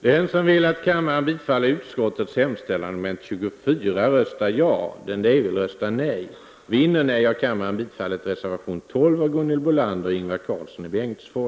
Herr talman! Beslutet var inte helt bra, men det var bättre än det hade blivit om Ingvar Karlssons i Bengtsfors förslag hade gått igenom.